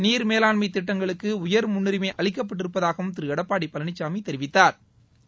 நீ ா் மேலாண்மை திட்டங்களுக்கு உயா ் முன்னு ா ிமை அளிக்கப்பட்டி ருப்பதாகவும் Thiru Edappadi Palaniswami தொிவித்தாா்